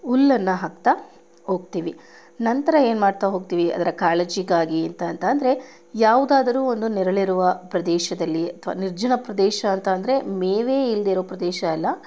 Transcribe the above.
ಹುಲ್ಲನ್ನು ಹಾಕ್ತಾ ಹೋಗ್ತೀವಿ ನಂತರ ಏನು ಮಾಡ್ತಾ ಹೋಗ್ತೀವಿ ಅದರ ಕಾಳಜಿಗೆ ಅಂತಂದ್ರೆ ಯಾವುದಾದರೂ ಒಂದು ನೆರಳಿರುವ ಪ್ರದೇಶದಲ್ಲಿ ಅಥವಾ ನಿರ್ಜನ ಪ್ರದೇಶ ಅಂತ ಅಂದರೆ ಮೇವೆ ಇಲ್ಲದಿರೋ ಪ್ರದೇಶ ಅಲ್ಲ